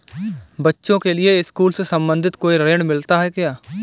बच्चों के लिए स्कूल से संबंधित कोई ऋण मिलता है क्या?